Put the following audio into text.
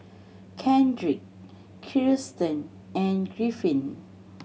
Kendrick Kirstin and Griffin